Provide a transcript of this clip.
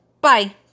Bye